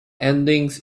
endings